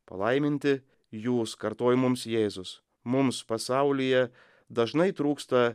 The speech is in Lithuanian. palaiminti jūs kartoja mums jėzus mums pasaulyje dažnai trūksta